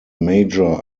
major